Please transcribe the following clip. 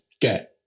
get